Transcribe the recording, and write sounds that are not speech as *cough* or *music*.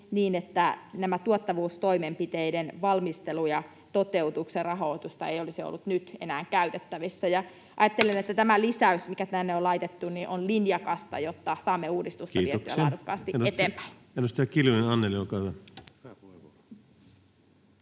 niin, että tätä tuottavuustoimenpiteiden valmistelun ja toteutuksen rahoitusta ei olisi ollut nyt enää käytettävissä, *noise* ja ajattelen, että tämä lisäys, mikä tänne on laitettu, on linjakasta, jotta saamme uudistusta [Puhemies: Kiitoksia!] vietyä laadukkaasti eteenpäin. Edustaja Kiljunen Anneli, olkaa hyvä.